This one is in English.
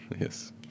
yes